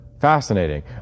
fascinating